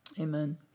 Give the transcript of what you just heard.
Amen